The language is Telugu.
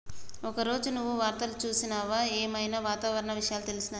ఈ రోజు నువ్వు వార్తలు చూసినవా? ఏం ఐనా వాతావరణ విషయాలు తెలిసినయా?